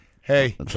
Hey